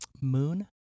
moon